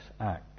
act